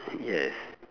yes